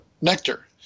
nectar